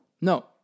No